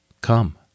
Come